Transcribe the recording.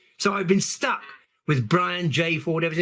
so i've been stuck with brian j. ford ever